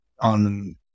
on